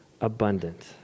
abundant